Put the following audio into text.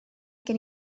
gen